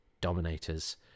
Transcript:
Dominators